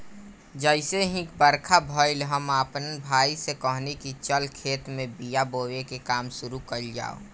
जइसे ही बरखा भईल, हम आपना भाई से कहनी की चल खेत में बिया बोवे के काम शुरू कईल जाव